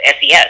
SES